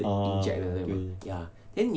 ah 对